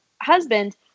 husband